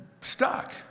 stuck